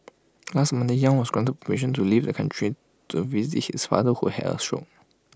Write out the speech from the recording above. last Monday yang was granted permission to leave the country to visit his father who had A stroke